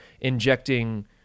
injecting